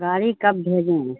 گاڑی کب بھیجیں